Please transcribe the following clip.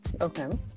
Okay